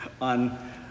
on